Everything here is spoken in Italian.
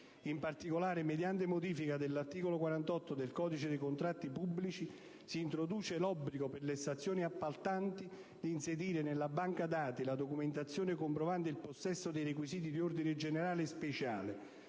In particolare, mediante modifica all'articolo 48 del codice dei contratti pubblici, si introduce l'obbligo per le stazioni appaltanti di inserire nella Banca dati la documentazione comprovante il possesso dei requisiti di ordine generale e speciale